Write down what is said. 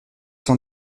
cent